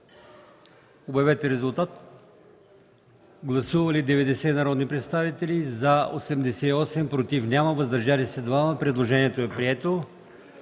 на комисията. Гласували 90 народни представители: за 88, против няма, въздържали се 2. Предложението е прието.